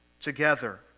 together